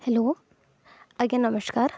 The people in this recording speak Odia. ହ୍ୟାଲୋ ଆଜ୍ଞା ନମସ୍କାର